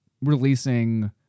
releasing